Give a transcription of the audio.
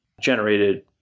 generated